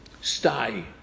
stay